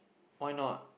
why not